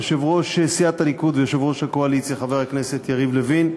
יושב-ראש סיעת הליכוד ויושב-ראש הקואליציה חבר הכנסת יריב לוין,